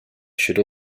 should